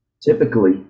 typically